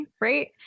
right